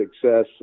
success